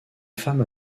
femmes